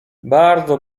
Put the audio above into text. bardzo